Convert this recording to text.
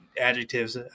Adjectives